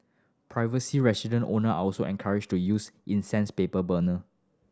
resident owner are also encouraged to use incense paper burner